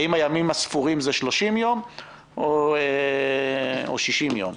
האם הימים הספורים הם 30 ימים או 60 ימים,